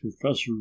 professor